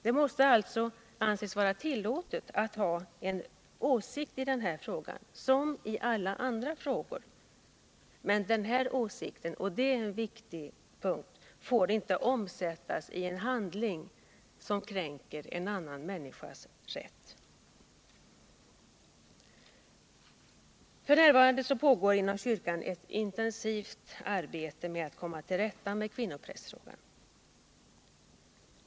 Det måste alltså anses vara tillåtet att ha en åsikt i denna fråga som i alla andra frågor, men denna åsikt — och det är viktigt — får inte omsättas i handling som kränker andras rätt. F. n. pågår inom kyrkan ett intensivt arbete med att komma till rätta med kvinnoprästfrågan.